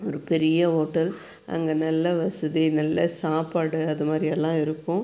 ஒரு பெரிய ஹோட்டல் அங்கே நல்ல வசதி நல்ல சாப்பாடு அது மாதிரியெல்லாம் இருக்கும்